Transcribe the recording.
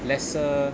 lesser